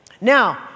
Now